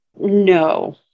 No